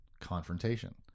confrontation